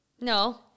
No